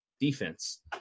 defense